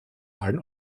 allen